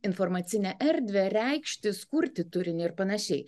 informacinę erdvę reikštis kurti turinį ir pan